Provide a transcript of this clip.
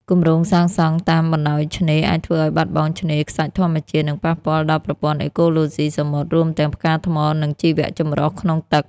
គម្រោងសាងសង់តាមបណ្តោយឆ្នេរ អាចធ្វើឲ្យបាត់បង់ឆ្នេរខ្សាច់ធម្មជាតិ និងប៉ះពាល់ដល់ប្រព័ន្ធអេកូឡូស៊ីសមុទ្រ រួមទាំងផ្កាថ្ម និងជីវចម្រុះក្នុងទឹក។